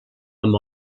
amb